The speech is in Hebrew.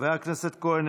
חבר הכנסת כהן,